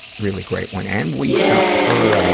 really great one. and we've got her, ah,